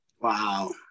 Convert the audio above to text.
Wow